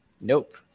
Nope